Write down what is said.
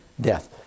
death